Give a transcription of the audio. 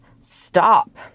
stop